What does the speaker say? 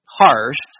harsh